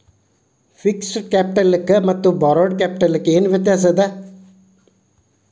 Fixed ಕ್ಯಾಪಿಟಲಕ್ಕ ಮತ್ತ borrowed ಕ್ಯಾಪಿಟಲಕ್ಕ ಏನ್ ವ್ಯತ್ಯಾಸದ?